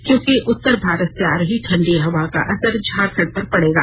क्योंकि उत्तर भारत से आ रही ठंडी हवा का असर झारखंड पर पडेगा